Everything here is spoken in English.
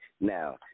Now